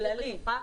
בכללי.